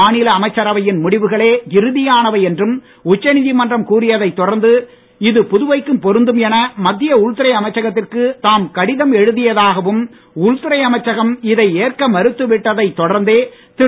மாநில அமைச்சரவையின் முடிவுகளே இறுதியானவை என்றும் உச்சநீதிமன்றம் கூறியதைத் தொடர்ந்து இது புதுவைக்கும் பொருந்தும் என மத்திய உள்துறை அமைச்சகத்திற்கு தாம் கடிதம் எழுதியதாகவும் உள்துறை அமைச்சகம் இதை ஏற்க மறுக்கவிட்டதை தொடர்ந்தே திரு